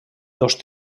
dos